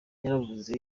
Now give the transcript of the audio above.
yaravuze